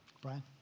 Brian